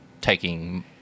taking